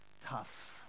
tough